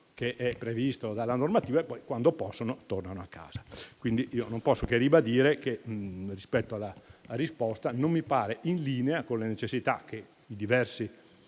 minimo previsto dalla normativa e poi, quando possono, tornano a casa. Quindi, io non posso che ribadire che la risposta non mi pare in linea con le necessità che i diversi